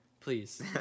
Please